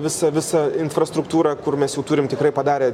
visą visą infrastruktūrą kur mes jau turim tikrai padarę